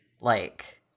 like-